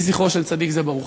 יהי זכרו של צדיק זה ברוך.